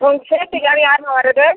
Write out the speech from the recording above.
உங்கள் சேஃப்ட்டிக்காக யார் மா வரது